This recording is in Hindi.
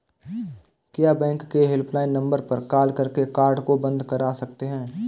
क्या बैंक के हेल्पलाइन नंबर पर कॉल करके कार्ड को बंद करा सकते हैं?